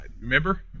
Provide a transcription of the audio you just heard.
remember